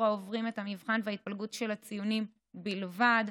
העוברים את המבחן וההתפלגות של הציונים בלבד.